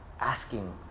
asking